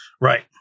Right